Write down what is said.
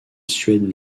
suède